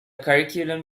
curriculum